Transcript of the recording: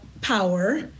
power